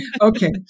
Okay